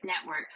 Network